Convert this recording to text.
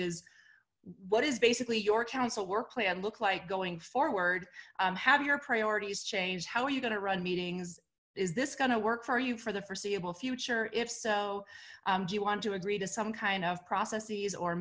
is what is basically your council work plan look like going forward have your priorities changed how are you gonna run meetings is this gonna work for you for the foreseeable future if so do you want to agree to some kind of